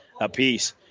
apiece